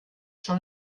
schon